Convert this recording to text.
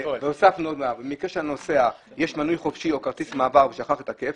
הוספנו גם שכאשר לנוסע יש מנוי חופשי או כרטיס מעבר והוא שכח לתקף,